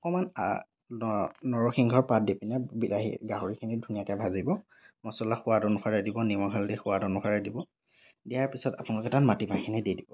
অকণমান নৰসিংহৰ পাত দি পিনে বিলাহী গাহৰিখিনি ধুনীয়াকৈ ভাজিব মছলা সোৱাদ অনুসাৰে দিব নিমখ হালধি সোৱাদ অনুসাৰে দিব দিয়াৰ পিছত আপোনালোকে তাত মাটিমাহখিনি দি দিব